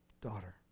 daughter